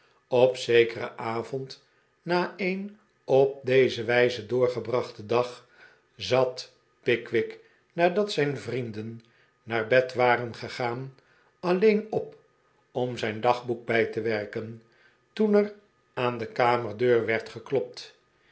op zekeren avond na een op deze wijze doorgebrachten dag zat pickwick nadat zijn vrienden naar bed waren gegaan alleen op om zijn dagboek bij te werken toen er aan de kamerdeur werd geklopt